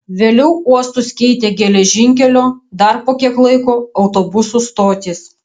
vėliau uostus keitė geležinkelio dar po kiek laiko autobusų stotys